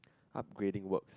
upgrading works